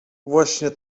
właśnie